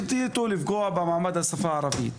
החליטו לפגוע במעמד השפה הערבית.